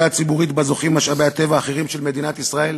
הציבורית שלה זוכים משאבי הטבע האחרים של מדינת ישראל?